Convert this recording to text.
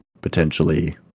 potentially